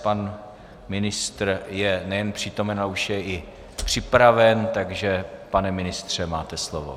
Pan ministr je nejen přítomen, ale už je i připraven, takže pane ministře, máte slovo.